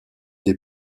des